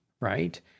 right